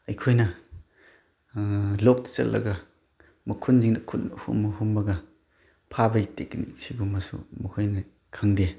ꯑꯩꯈꯣꯏꯅ ꯂꯣꯛꯇ ꯆꯠꯂꯒ ꯃꯈꯨꯟꯁꯤꯡꯗ ꯈꯨꯠꯅ ꯍꯨꯝꯃ ꯍꯨꯝꯃꯒ ꯐꯥꯕꯒꯤ ꯇꯦꯛꯅꯤꯛ ꯁꯤꯒꯨꯝꯕꯁꯨ ꯃꯈꯣꯏꯅ ꯈꯪꯗꯦ